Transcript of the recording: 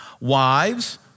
Wives